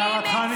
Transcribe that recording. הערתך נשמעה.